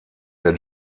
der